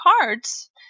cards